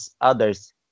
others